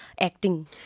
acting